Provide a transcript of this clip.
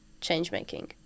change-making